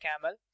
camel